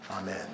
Amen